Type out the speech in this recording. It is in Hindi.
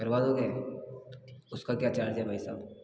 करवा दोगे उसका क्या चार्ज है भाई साहब